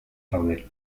daude